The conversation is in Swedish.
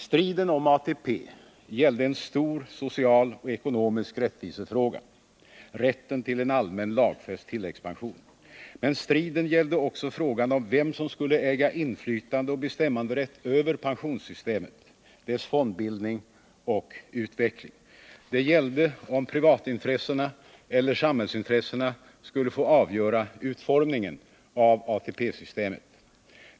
Striden om ATP gällde en stor social och ekonomisk rättvisefråga — rätten till en allmän lagfäst tilläggspension. Men striden gällde också frågan om vem som skulle äga inflytande och bestämmanderätt över pensionssystemet, dess fondbildning och utveckling. Det gällde om privatintressena eller samhällsintressena skulle få avgöra utformningen av ATP-systemet.